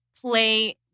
play